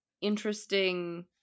interesting